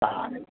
चालेल